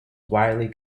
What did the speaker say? widely